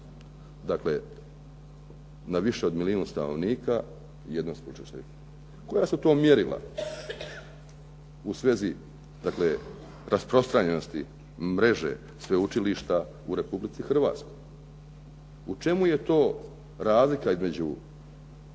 Dakle, na više od milijun stanovnika jedno sveučilište. Koja su to mjerila u svezi, dakle rasprostranjenosti mreže sveučilišta u Republici Hrvatskoj? U čemu je to razlika između,